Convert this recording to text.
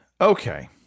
okay